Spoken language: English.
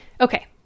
Okay